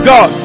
God